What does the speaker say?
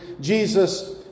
Jesus